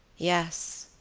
yes,